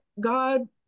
God